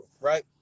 right